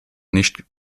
nicht